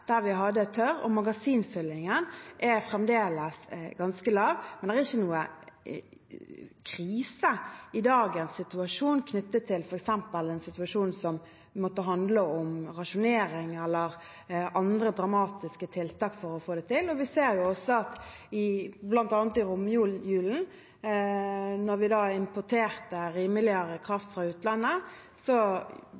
vi hadde et tørt år. Magasinfyllingen er fremdeles ganske lav, men det er ikke noen krise i dagens situasjon knyttet til f.eks. en situasjon som måtte handle om rasjonering eller andre dramatiske tiltak for å få det til. Vi ser også at i bl.a. romjulen, da vi importerte rimeligere kraft fra utlandet, sparte vi på magasinene i Norge. Det er